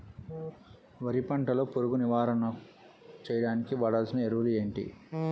వరి పంట లో పురుగు నివారణ చేయడానికి వాడాల్సిన ఎరువులు ఏంటి?